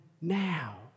now